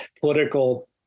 political